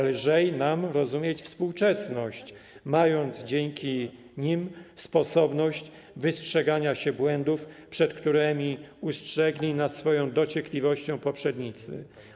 Lżej nam rozumieć współczesność, mając dzięki nim sposobność wystrzegania się błędów, przed którymi ustrzegli nas swoją dociekliwością poprzednicy.